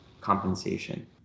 compensation